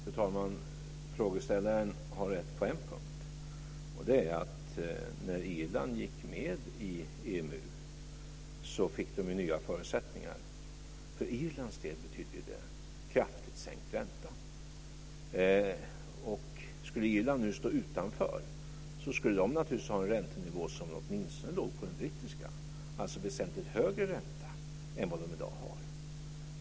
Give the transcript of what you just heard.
Fru talman! Frågeställaren har rätt på en punkt. Det är att när Irland gick med i EMU fick de nya förutsättningar. För Irlands del betydde det kraftigt sänkt ränta. Skulle Irland nu stå utanför skulle de naturligtvis ha en räntenivå som åtminstone låg på samma nivå som den brittiska, alltså en väsentligt högre ränta än vad de har i dag.